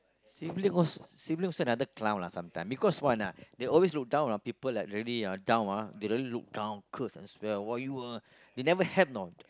sibling also sibling also another clown lah sometime because one ah they always look down on people that really ah down ah they really look down curse and swear !wah! you ah they never help know